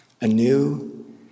anew